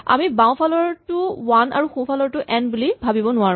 আমি বাওঁফালৰটো ৱান আৰু সোঁফালৰটো এন বুলি ভাৱিব নোৱাৰো